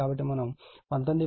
కాబట్టి మనం 19